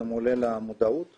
אני